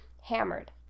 hammered